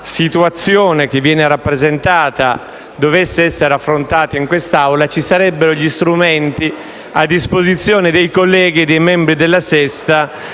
situazione che viene rappresentata dovesse essere affrontata in questa Assemblea, ci sarebbero gli strumenti a disposizione dei colleghi e dei membri della 6a